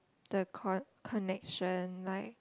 the con~ connection like